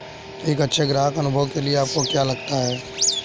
एक अच्छे ग्राहक अनुभव के लिए आपको क्या लगता है?